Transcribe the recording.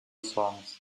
songs